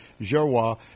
Gerwa